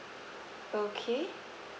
okay